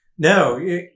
No